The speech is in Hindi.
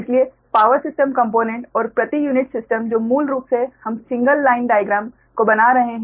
इसलिए पावर सिस्टम कंपोनेंट और प्रति यूनिट सिस्टम जो मूल रूप से हम सिंगल लाइन डायग्राम को बना रहे हैं